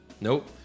Nope